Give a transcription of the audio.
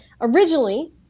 originally